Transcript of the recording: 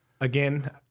Again